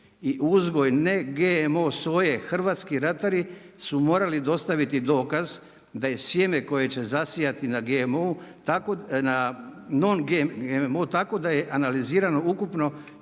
uzgoj ne GMO soje hrvatski ratari su morali dostaviti dokaz da je sjeme koje će zasijati na GMO-u, na non GMO tako da je analizirano ukupno